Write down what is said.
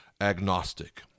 agnostic